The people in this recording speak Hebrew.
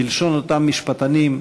בלשון אותם משפטנים,